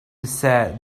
desire